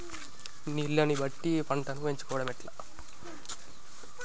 నీళ్లని బట్టి పంటను ఎంచుకోవడం ఎట్లా?